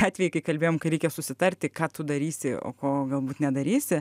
atvejį kai kalbėjom ką reikia susitarti ką tu darysi o ko galbūt nedarysi